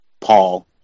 Paul